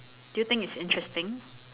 do you think is interesting